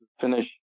finish